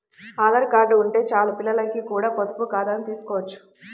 Aadhaar card ఉంటే చాలు పిల్లలకి కూడా పొదుపు ఖాతాను తీసుకోవచ్చు